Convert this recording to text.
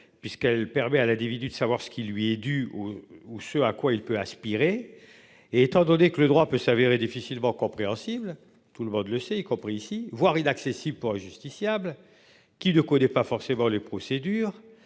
puisqu'elle permet à l'individu, de savoir ce qui lui est dû. Ou ce à quoi il peut aspirer et étant donné que le droit peut s'avérer difficilement compréhensible. Tout le monde le sait, y compris ici voire inaccessible pour les justiciables. Qui ne connaît pas forcément les procédures.